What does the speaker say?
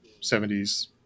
70s